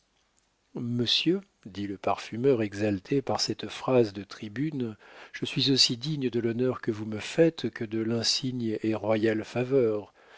monsieur dit le parfumeur exalté par cette phrase de tribune je suis aussi digne de l'honneur que vous me faites que de l'insigne et royale faveur